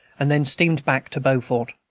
and then steamed back to beaufort.